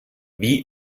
wie